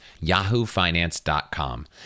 yahoofinance.com